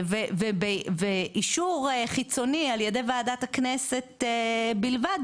ואישור חיצוני על ידי ועדת הכנסת בלבד,